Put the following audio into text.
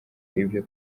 ibyo